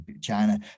china